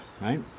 Right